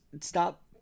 stop